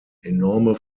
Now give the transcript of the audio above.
enorme